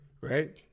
right